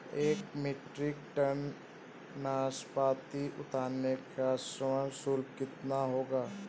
एक metric ton नाशपाती उतारने का श्रम शुल्क कितना होगा?